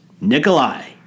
Nikolai